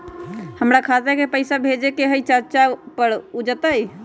हमरा खाता के पईसा भेजेए के हई चाचा पर ऊ जाएत?